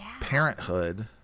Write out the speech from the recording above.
parenthood